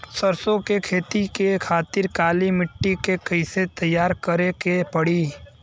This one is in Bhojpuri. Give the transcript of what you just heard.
सरसो के खेती के खातिर काली माटी के कैसे तैयार करे के पड़ी?